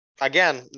again